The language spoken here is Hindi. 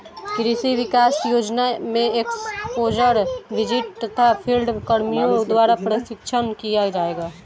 कृषि विकास योजना में एक्स्पोज़र विजिट तथा फील्ड कर्मियों द्वारा प्रशिक्षण किया जाएगा